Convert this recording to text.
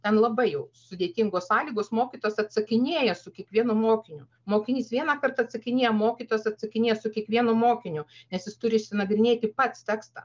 ten labai jau sudėtingos sąlygos mokytojos atsakinėja su kiekvienu mokiniu mokinys vieną kartą atsakinėja mokytas atsakinėja su kiekvienu mokiniu nes jis turi išsinagrinėti pats tekstą